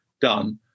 done